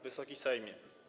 Wysoki Sejmie!